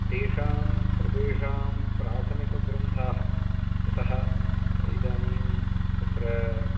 तेषां सर्वेषां प्राथमिकग्रन्थाः यतः इदानीं तत्र